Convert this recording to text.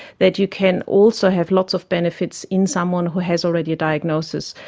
that you can also have lots of benefits in someone who has already a diagnosis.